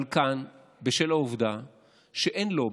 אבל כאן, בשל העובדה שאין לובי,